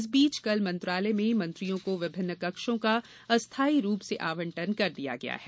इस बीच कल मंत्रालय में मंत्रियों को विभिन्न कक्षों का अस्थायी रूप से आवंटन कर दिया गया है